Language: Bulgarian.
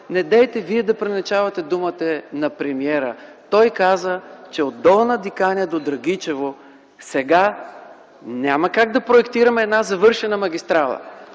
недейте Вие да преиначавате думите на премиера. Той каза, че от Долна Диканя до Драгичево сега няма как да проектираме една завършена магистрала.